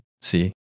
see